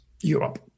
Europe